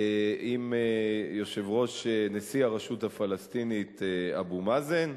עם יושב-ראש, נשיא הרשות הפלסטינית אבו מאזן.